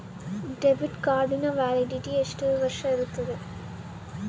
Debit ಕಾರ್ಡಿನ validity ಎಷ್ಟು ವರ್ಷ ಇರುತ್ತೆ?